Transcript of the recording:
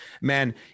man